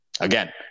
Again